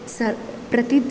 स प्रति